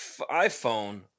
iPhone